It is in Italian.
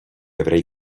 avrei